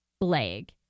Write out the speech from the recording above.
leg